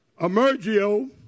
Emergio